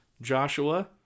joshua